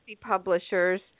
publishers